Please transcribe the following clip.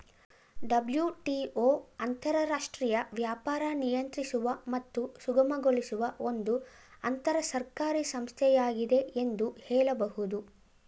WTO ಅಂತರರಾಷ್ಟ್ರೀಯ ವ್ಯಾಪಾರ ನಿಯಂತ್ರಿಸುವ ಮತ್ತು ಸುಗಮಗೊಳಿಸುವ ಒಂದು ಅಂತರಸರ್ಕಾರಿ ಸಂಸ್ಥೆಯಾಗಿದೆ ಎಂದು ಹೇಳಬಹುದು